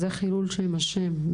זה חילול שם השם.